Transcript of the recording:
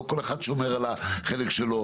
לא כל אחד שומר על החלק שלו.